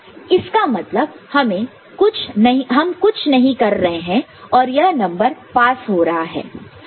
इसका मतलब हम कुछ नहीं कर रहे हैं और यह नंबर पास हो रहा है